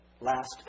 last